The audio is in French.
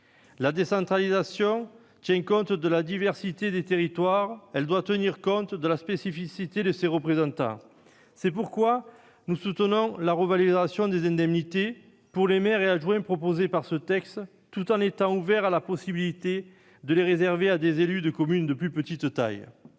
La décentralisation tient compte de la diversité des territoires ; elle doit aussi tenir compte de la spécificité de ses représentants. C'est pourquoi nous soutenons la revalorisation des indemnités pour les maires et pour les adjoints proposée par ce texte, tout en étant ouverts à la possibilité de la réserver aux élus de communes de plus petite taille.